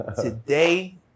Today